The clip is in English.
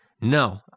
No